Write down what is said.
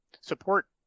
support